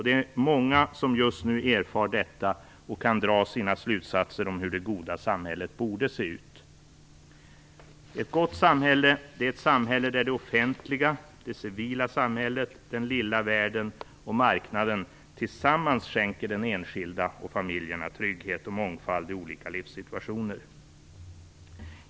Det är många som just nu erfar detta och kan dra sina slutsatser om hur det goda samhället borde se ut. Ett gott samhälle är ett samhälle där det offentliga, det civila samhället, den lilla världen och marknaden tillsammans skänker den enskilde och familjerna trygghet och mångfald i olika livssituationer.